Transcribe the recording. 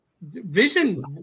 Vision